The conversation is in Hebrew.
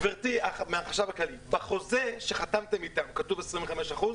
גבירתי מהחשב הכללי, בחוזה שחתמתם איתם כתוב 25%?